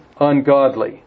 ungodly